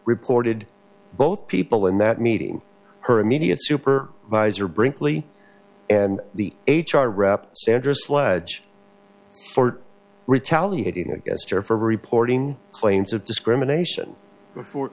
reported both people in that meeting her immediate super buys are brinkley and the h r rep sandra sledge ford retaliating against her for reporting claims of discrimination before